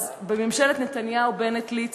אז בממשלת נתניהו-בנט-ליצמן,